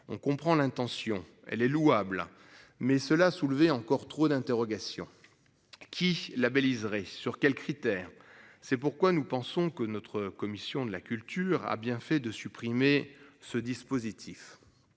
On comprend l'intention, elle est louable mais cela soulever encore trop d'interrogations. Qui la abbé liseré sur quels critères. C'est pourquoi nous pensons que notre commission de la culture a bien fait de supprimer ce dispositif.